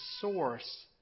source